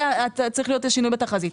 זה צריך להיות השינוי בתחזית.